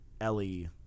Ellie